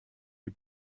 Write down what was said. die